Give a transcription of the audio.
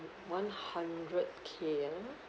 one hundred K ah